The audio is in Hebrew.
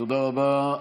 תודה רבה.